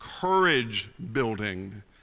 courage-building